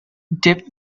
dip